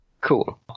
cool